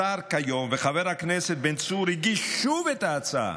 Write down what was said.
השר כיום וחבר הכנסת בן צור הגיש שוב את ההצעה,